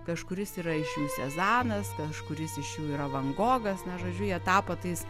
kažkuris yra iš jų sezanas kažkuris iš jų yra van gogas na žodžiu jie tapo tais